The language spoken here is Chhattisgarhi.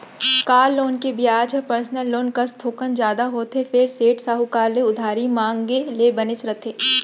कार लोन के बियाज ह पर्सनल लोन कस थोकन जादा होथे फेर सेठ, साहूकार ले उधारी मांगे ले बनेच रथे